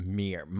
meer